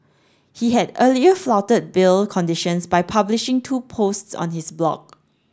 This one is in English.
he had earlier flouted bail conditions by publishing two posts on his blog